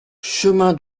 chemin